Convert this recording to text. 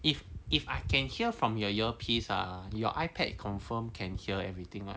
if if I can hear from your ear piece ah your ipad confirm can hear everything mah